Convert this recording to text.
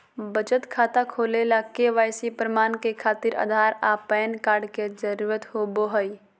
बचत खाता खोले ला के.वाइ.सी प्रमाण के खातिर आधार आ पैन कार्ड के जरुरत होबो हइ